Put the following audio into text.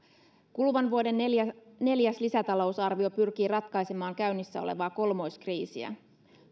kuluvan vuoden neljäs lisätalousarvio pyrkii ratkaisemaan käynnissä olevaa kolmoiskriisiä